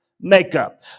makeup